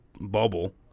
bubble